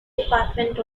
department